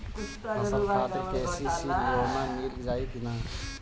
फसल खातिर के.सी.सी लोना मील जाई किना?